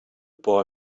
boy